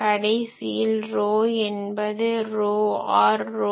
கடைசியில் ρ என்பது ρr